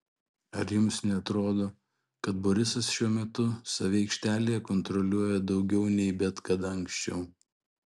ar jums neatrodo kad borisas šiuo metu save aikštelėje kontroliuoja daugiau nei bet kada anksčiau